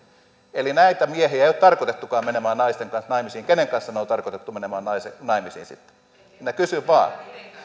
eli näitä miehiä ei ole tarkoitettukaan menemään naisten kanssa naimisiin kenen kanssa heidät on tarkoitettu menemään naimisiin sitten minä kysyn vain